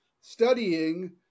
studying